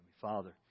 Father